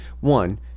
One